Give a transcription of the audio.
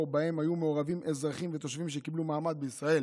שבהם היו מעורבים אזרחים ותושבים שקיבלו מעמד בישראל